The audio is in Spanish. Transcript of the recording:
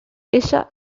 ella